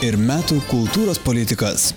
ir metų kultūros politikas